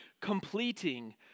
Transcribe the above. completing